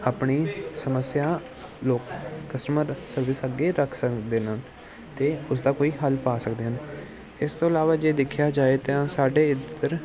ਆਪਣੀ ਸਮੱਸਿਆ ਲੋਕ ਕਸਟਮਰ ਸਰਵਿਸ ਅੱਗੇ ਰੱਖ ਸਕਦੇ ਨੇ ਅਤੇ ਉਸਦਾ ਕੋਈ ਹੱਲ ਪਾ ਸਕਦੇ ਹਨ ਇਸ ਤੋਂ ਇਲਾਵਾ ਜੇ ਦੇਖਿਆ ਜਾਏ ਤਾਂ ਸਾਡੇ ਇੱਧਰ